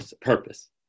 purpose